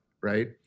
Right